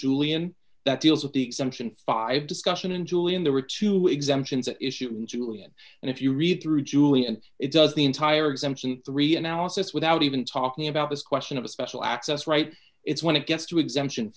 julian that deals with the exemption five discussion in julian there were two exemptions issued and julian and if you read through julian it does the entire exemption three analysis without even talking about this question of a special access right it's when it gets to exemption